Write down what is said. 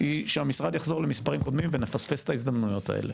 היא שהמשרד יחזור למספרים דומים ונפספס את ההזדמנויות האלה.